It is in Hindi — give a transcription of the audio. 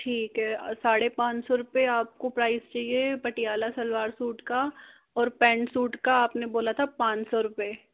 ठीक है साड़े पाँच सौ रुपये आपको प्राइस चाहिए पटियाला सलवार सूट का और पैंट सूट का आपने बोला था पाँच सौ रुपये